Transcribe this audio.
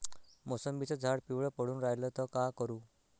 मोसंबीचं झाड पिवळं पडून रायलं त का करू?